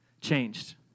changed